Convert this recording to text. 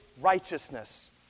righteousness